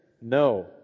no